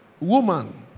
woman